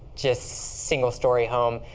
just single-story home,